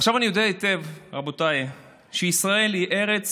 עכשיו אני יודע היטב, רבותיי, שישראל היא ארץ